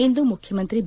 ಇಂದು ಮುಖ್ಯಮಂತ್ರಿ ಬಿ